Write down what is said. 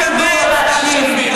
רק אמת, סתיו שפיר.